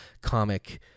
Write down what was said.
comic